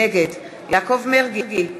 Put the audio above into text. נגד יעקב מרגי,